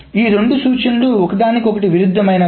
ఈ రెండు సూచనలు ఒకదానికొకటి విరుద్ధమైనవా